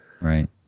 Right